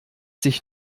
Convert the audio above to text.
sich